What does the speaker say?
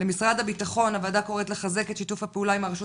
למשרד הביטחון: הוועדה קוראת לחזק את שיתוף הפעולה עם הרשות